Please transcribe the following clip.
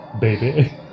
Baby